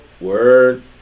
word